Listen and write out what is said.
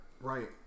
Right